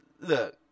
look